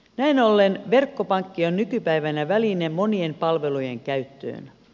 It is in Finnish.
näin ollen verkkopankki on nykypäivänä väline monien palvelujen käyttöön